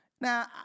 Now